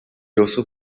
also